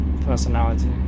personality